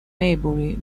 maybury